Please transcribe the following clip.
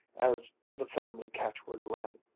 as the family catchword ran.